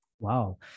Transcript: Wow